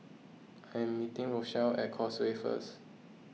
I am meeting Rochelle at Causeway first